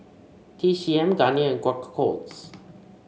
T C M Garnier and Quaker Oats